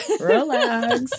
Relax